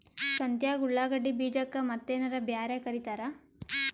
ಸಂತ್ಯಾಗ ಉಳ್ಳಾಗಡ್ಡಿ ಬೀಜಕ್ಕ ಮತ್ತೇನರ ಬ್ಯಾರೆ ಕರಿತಾರ?